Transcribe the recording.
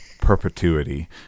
perpetuity